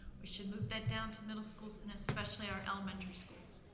we should move that down to middle schools, and especially our elementary schools.